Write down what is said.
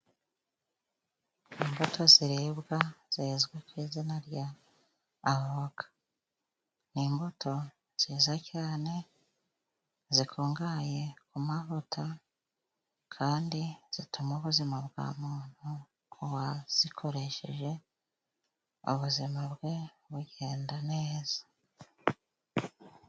Imbuto ziribwa zizwi ku izina rya avoka. Ni imbuto nziza cyane, zikungahaye ku mavuta kandi zituma ubuzima bwa muntu, kuwazikoresheje ubuzima bwe bugenda neza.